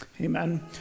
amen